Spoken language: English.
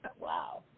wow